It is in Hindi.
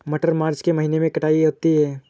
मटर मार्च के महीने कटाई होती है?